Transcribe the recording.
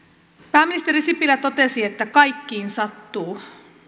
pääministeri sipilä totesi että kaikkiin sattuu